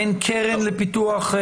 אין קרן לפיתוח.